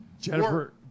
Jennifer